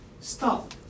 Stop